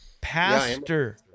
Pastor